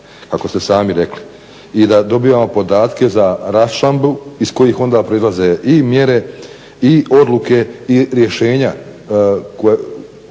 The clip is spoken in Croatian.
kako ste sami rekli i da dobivamo podatke za raščlambu iz kojih onda proizlaze i mjere i odluke i rješenja